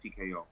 TKO